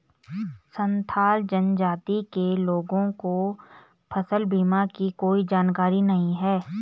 संथाल जनजाति के लोगों को फसल बीमा की कोई जानकारी नहीं है